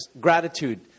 gratitude